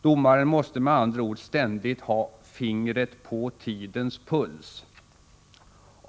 Domaren måste med andra ord ständigt ha fingret på tidens puls.